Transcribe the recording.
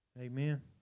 Amen